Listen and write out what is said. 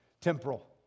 temporal